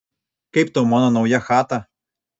kaip tau mano nauja chata